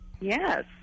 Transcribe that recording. Yes